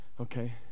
Okay